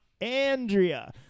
Andrea